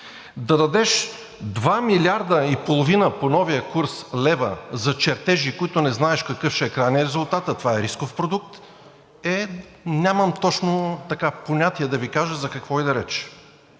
Да дадеш 2,5 милиарда лева по новия курс за чертежи, които не знаят какъв ще е крайният резултат, а това е рисков продукт, е, нямам точно понятие да Ви кажа за какво иде реч.